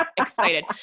excited